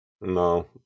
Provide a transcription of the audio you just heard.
No